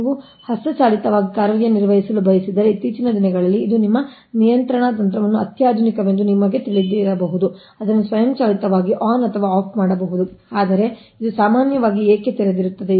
ನೀವು ಹಸ್ತಚಾಲಿತವಾಗಿ ಕಾರ್ಯನಿರ್ವಹಿಸಲು ಬಯಸಿದರೆ ಇತ್ತೀಚಿನ ದಿನಗಳಲ್ಲಿ ಇದು ನಿಮ್ಮ ನಿಯಂತ್ರಣ ತಂತ್ರವನ್ನು ಅತ್ಯಾಧುನಿಕವೆಂದು ನಿಮಗೆ ತಿಳಿದಿರಬಹುದು ಅದನ್ನು ಸ್ವಯಂಚಾಲಿತವಾಗಿ ಆನ್ ಅಥವಾ ಆಫ್ ಮಾಡಬಹುದು ಆದರೆ ಇದು ಸಾಮಾನ್ಯವಾಗಿ ಏಕೆ ತೆರೆದಿರುತ್ತದೆ